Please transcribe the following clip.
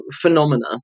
phenomena